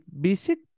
basic